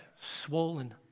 swollen